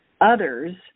others